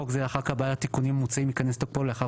חוק זה אחרי קבלת התיקונים המוצעים ייכנס לתוקפו לאחר